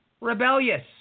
rebellious